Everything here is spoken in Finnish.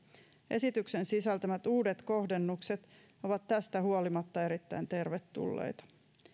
esityksen sisältämät uudet kohdennukset ovat tästä huolimatta erittäin tervetulleita